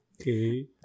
Okay